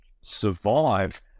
survive